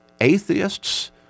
atheists